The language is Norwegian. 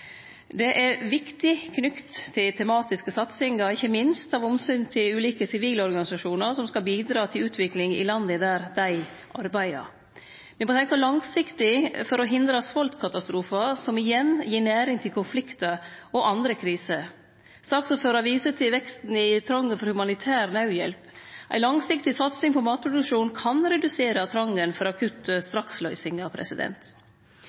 Det er viktig knytt til tematiske satsingar, ikkje minst av omsyn til ulike sivile organisasjonar som skal bidra til utvikling i landa der dei arbeidar. Me må tenkje langsiktig for å hindre svoltkatastrofar, som igjen gir næring til konfliktar og andre kriser. Saksordføraren viser til veksten i trongen for humanitær naudhjelp. Ei langsiktig satsing på matproduksjon kan redusere trongen for akutte